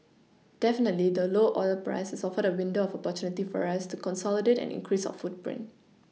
definitely the low oil price has offered a window of opportunity for us to consolidate and increase our footprint